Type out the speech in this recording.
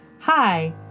Hi